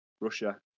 Russia